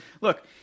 look